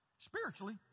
spiritually